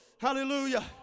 hallelujah